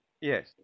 Yes